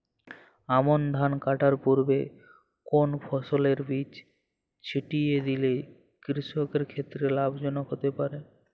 আমন ধান কাটার পূর্বে কোন ফসলের বীজ ছিটিয়ে দিলে কৃষকের ক্ষেত্রে লাভজনক হতে পারে?